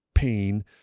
pain